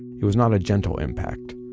it was not a gentle impact.